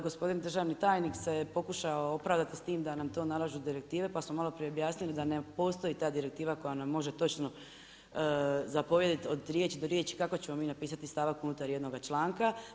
Gospodin državni tajnik se pokušao opravdati s time da nam to nalažu direktive pa smo malo prije objasnili da ne postoji ta direktiva koja nam može točno zapovjediti od riječi do riječi kako ćemo mi napisati stavak unutar jednoga članka.